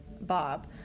Bob